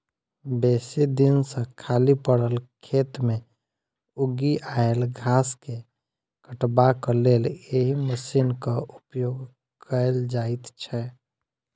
बेसी दिन सॅ खाली पड़ल खेत मे उगि आयल घास के काटबाक लेल एहि मशीनक उपयोग कयल जाइत छै